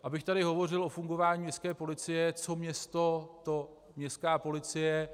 Abych tady hovořil o fungování městské policie co město, to městská policie.